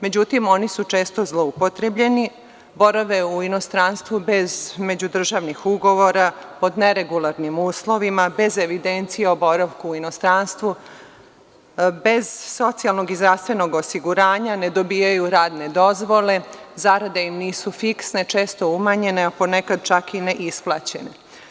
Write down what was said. Međutim, oni su često zloupotrebljeni, borave u inostranstvu bez međudržavnih ugovora, pod neregularnim uslovima, bez evidencije o boravku u inostranstvu, bez socijalnog i zdravstvenog osiguranja, ne dobijaju radne dozvole, zarade im nisu fiksne, često umanjene, a ponekad čak i ne isplaćene.